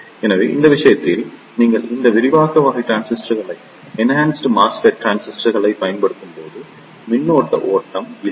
எனவே இந்த விஷயத்தில் நீங்கள் இந்த விரிவாக்க வகை டிரான்சிஸ்டர்களைப் பயன்படுத்தும்போது மின்னோட்ட ஓட்டம் இல்லை